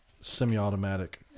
semi-automatic